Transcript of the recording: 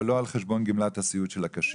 אבל לא על חשבון גמלת הסיעוד של הקשיש.